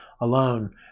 Alone